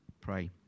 pray